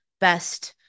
best